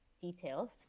details